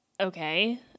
okay